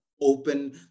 open